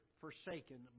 forsaken